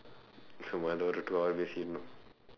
so one hour two hour with him